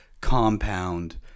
compound